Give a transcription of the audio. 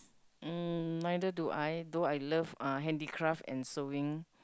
mm neither do I do I love uh handicraft and sewing